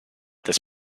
this